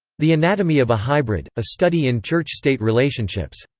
the anatomy of a hybrid a study in church-state relationships.